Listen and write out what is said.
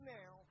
now